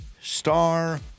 Star